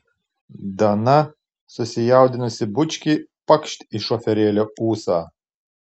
dana susijaudinusi bučkį pakšt į šoferėlio ūsą